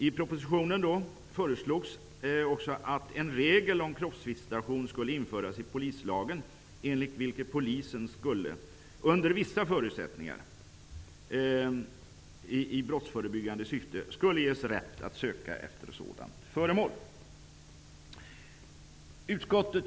I propositionen föreslogs att en regel om kroppsvisitation skulle införas i polislagen, enligt vilken polisen, under vissa förutsättningar, i brottsförebyggande syfte skulle ges rätt att söka efter sådant föremål.